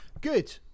good